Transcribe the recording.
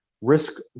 Risk